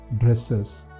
dresses